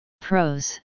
Pros